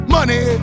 Money